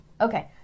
Okay